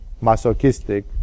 Masochistic